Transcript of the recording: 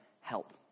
help